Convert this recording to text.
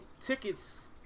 tickets